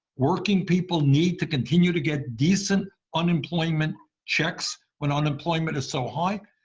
working people need to continue to get decent unemployment checks when unemployment is so high.